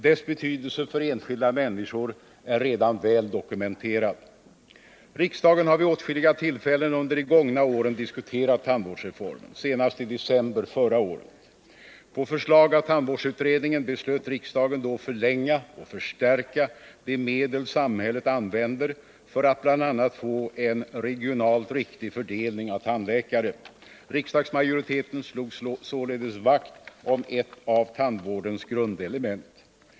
Dess betydelse för de enskilda människorna är redan väl dokumenterad. Riksdagen har vid åtskilliga tillfällen under de gångna åren diskuterat tandvårdsfrågorna, senast i december förra året. På förslag av tandvårdsutredningen beslöt riksdagen då förlänga och förstärka de medel samhället använder för att bl.a. få en regionalt riktig fördelning av tandläkare. Riksdagsmajoriteten slog således vakt om ett av tandvårdsreformens grundelement.